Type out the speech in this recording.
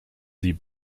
sie